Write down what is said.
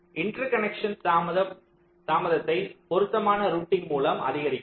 interconnection தாமதத்தை பொருத்தமான routing மூலம் அதிகரிக்கலாம்